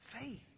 Faith